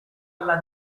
alla